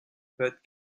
but